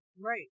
right